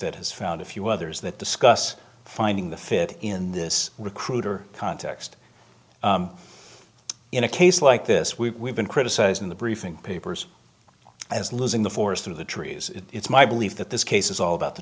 that has found a few others that discuss finding the fit in this recruiter context in a case like this we have been criticized in the briefing papers as losing the forest through the trees it's my belief that this case is all about the